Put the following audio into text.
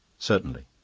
certainly.